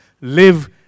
live